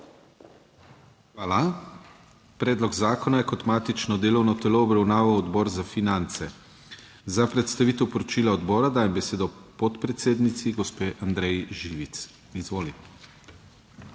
Hvala. Predlog zakona je kot matično delovno telo obravnaval Odbor za finance. Za predstavitev poročila odbora dajem besedo podpredsedniku gospodu Tinetu Novaku. Izvoli.